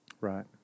Right